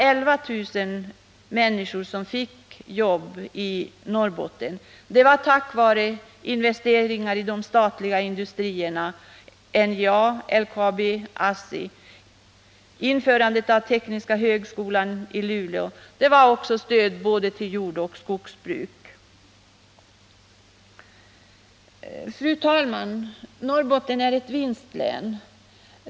11 000 människor fick jobb i Norrbotten tack vare investeringar i de statliga industrierna NJA, LKAB och ASSI. Andra bidragande orsaker var tillkomsten av tekniska högskolan i Luleå och stödet till både jordoch skogsbruket. Fru talman! Norrbotten är ett vinstlän.